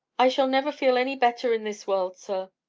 i shall never feel any better in this world, sir.